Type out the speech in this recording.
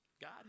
God